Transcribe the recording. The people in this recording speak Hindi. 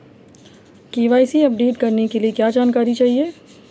के.वाई.सी अपडेट करने के लिए क्या जानकारी चाहिए?